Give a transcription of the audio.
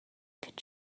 could